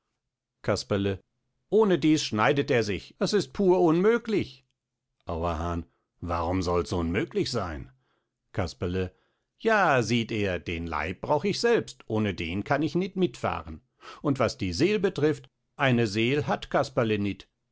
casperle ohnedieß schneidet er sich es ist pur unmöglich auerhahn warum solls unmöglich sein casperle ja sieht er den leib brauch ich selbst ohne den kann ich nit mitfahren und was die seel betrifft eine seel hat casperle nit